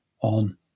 on